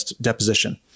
deposition